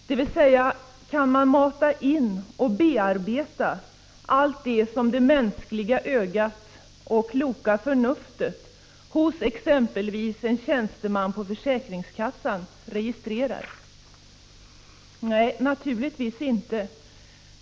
Dvs. kan man mata in och bearbeta allt det som det mänskliga ögat och kloka förnuftet hos exempelvis en tjänsteman på försäkringskassan registrerar? Nej, naturligtvis inte.